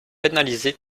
pénaliser